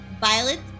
Violet